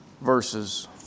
verses